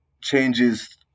changes